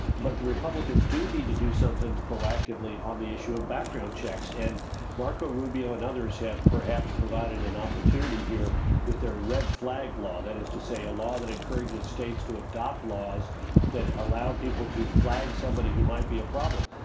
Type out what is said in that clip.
but the republicans do need to do something proactively on the issue of background checks and marco rubio and others have, perhaps, provided an opportunity here with their red flag law, that's to say a law that encourages states to adopt laws that allow people to flag somebody who might be a problem.